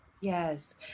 Yes